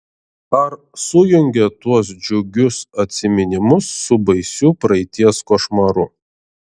ar sujungė tuos džiugius atsiminimus su baisiu praeities košmaru